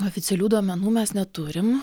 oficialių duomenų mes neturim